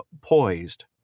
poised